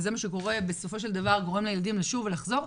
וזה מה שגורם בסופו של דבר לילדים לשוב ולחזור.